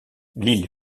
l’île